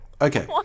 okay